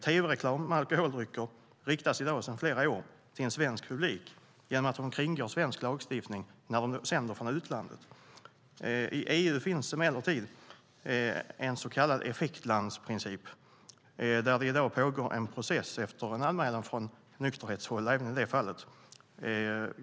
Tv-reklam med alkoholdrycker riktas sedan flera år till en svensk publik genom att de kringgår svensk lagstiftning när de sänder från utlandet. I EU finns emellertid en så kallad effektlandsprincip där det i dag pågår en process, även i det fallet efter en anmälan från nykterhetshåll.